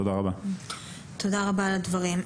תודה על הדברים.